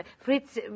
Fritz